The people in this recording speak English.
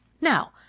Now